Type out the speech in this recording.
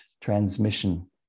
transmission